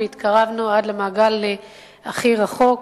והתקרבנו עד למעגל הכי רחוק